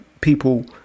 People